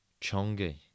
Chongi